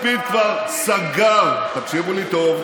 לפיד כבר סגר, תקשיבו לי טוב,